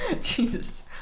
Jesus